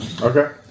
Okay